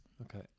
okay